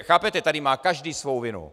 Chápete, tady má každý svou vinu.